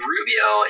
Rubio